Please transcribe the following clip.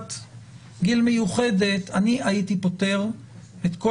בקבוצת גיל מיוחדת אני הייתי פוטר את כל